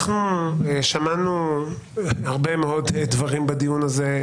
שמענו הרבה מאוד דברים בדיון הזה,